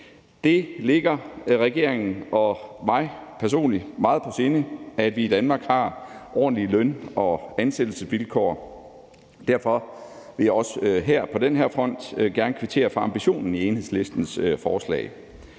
Det ligger regeringen og mig personligt meget på sinde, at vi i Danmark har ordentlige løn- og ansættelsesvilkår. Derfor vil jeg også her på den her front gerne kvittere for ambitionen i Enhedslistens forslag.